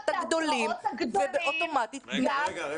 את מעודדת את הגדולים ואוטומטית --- רגע,